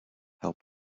help